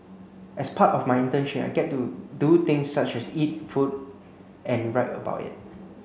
as part of my internship I get to do things such as eat food and write about it